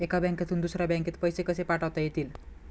एका बँकेतून दुसऱ्या बँकेत पैसे कसे पाठवता येतील?